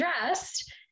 dressed